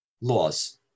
laws